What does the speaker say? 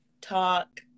talk